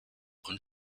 und